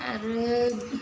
आरो